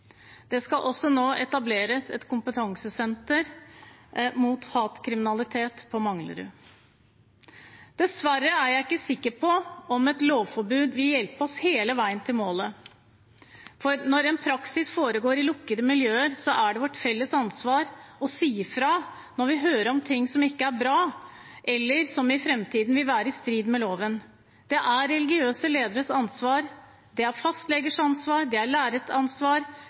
Det skal også nå etableres et kompetansesenter mot hatkriminalitet på Manglerud. Dessverre er jeg ikke sikker på om et lovforbud vil hjelpe oss hele veien til målet. Når en praksis foregår i lukkede miljøer, er det vårt felles ansvar å si fra når vi hører om ting som ikke er bra, eller som i fremtiden vil være i strid med loven. Det er religiøse lederes ansvar. Det er fastlegers ansvar. Det er